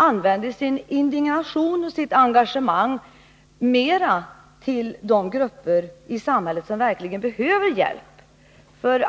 inriktade sin indignation och sitt engagemang mera på de grupper i samhället, som verkligen behöver hjälp.